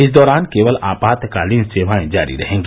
इस दौरान केवल आपातकालीन सेवाएं जारी रहेंगी